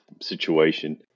situation